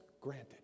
granted